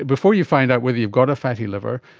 before you find out whether you've got a fatty liver,